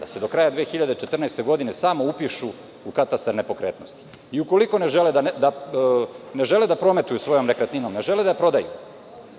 da se do kraja 2014. godine samo upišu u katastar nepokretnosti. Ukoliko ne žele da prometuju svojom nekretninom, ne žele da prodaju,